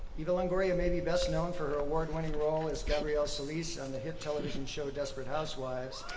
eva longoria may be best known for her award-winning role as gabrielle solis on the hit television show desperate housewives,